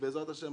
ובעזרת השם,